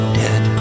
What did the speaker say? dead